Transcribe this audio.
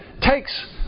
takes